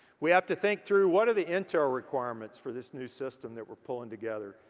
we have to think through what are the intel requirements for this new system that we're pulling together?